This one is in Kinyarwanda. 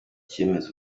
icyemezo